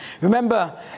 Remember